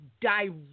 direct